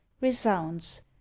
resounds